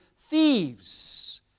thieves